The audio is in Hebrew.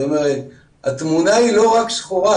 זאת אומרת, התמונה היא לא רק שחורה.